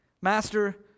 Master